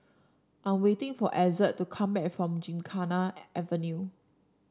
I'm waiting for Ezzard to come back from Gymkhana Avenue